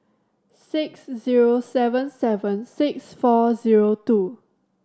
six zero seven seven six four zero two